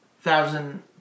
Thousand